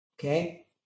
okay